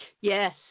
Yes